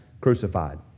crucified